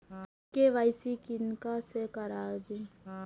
KYC किनका से कराबी?